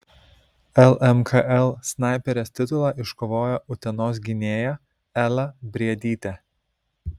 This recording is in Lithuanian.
lmkl snaiperės titulą iškovojo utenos gynėja ela briedytė